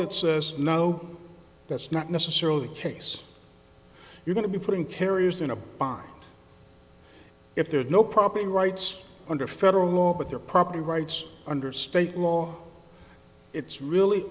that says no that's not necessarily the case you're going to be putting carriers in a bond if there's no property rights under federal law but their property rights under state law it's really